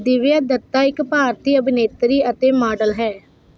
ਦਿਵਿਆ ਦੱਤਾ ਇੱਕ ਭਾਰਤੀ ਅਭਿਨੇਤਰੀ ਅਤੇ ਮਾਡਲ ਹੈ